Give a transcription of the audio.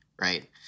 right